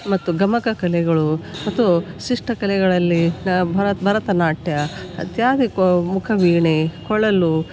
ಮತ್ತು ಗಮಕ ಕಲೆಗಳು ಮತ್ತು ಶಿಷ್ಟ ಕಲೆಗಳಲ್ಲಿ ಬರತ್ ಭರತನಾಟ್ಯ ಇತ್ಯಾದಿ ಕೊ ಮುಖವೀಣೆ ಕೊಳಲು